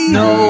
no